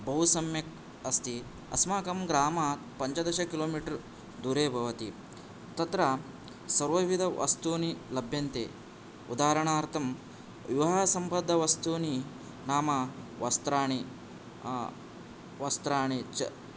बहु सम्यक् अस्ति अस्माकं ग्रामात् पञ्चदश किलोमिटार् दूरे भवति तत्र सर्व विध वस्तूनि लभ्यन्ते उदाहरणार्थं विवाहसम्बद्ध वस्तूनि नाम वस्त्राणि वस्त्राणि च